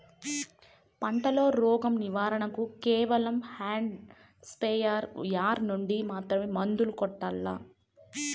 పంట లో, రోగం నివారణ కు కేవలం హ్యాండ్ స్ప్రేయార్ యార్ నుండి మాత్రమే మందులు కొట్టల్లా?